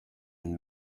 and